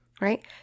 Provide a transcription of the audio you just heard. right